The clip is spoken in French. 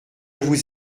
vous